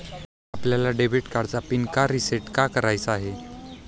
आपल्याला डेबिट कार्डचा पिन का रिसेट का करायचा आहे?